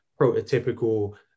prototypical